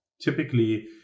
Typically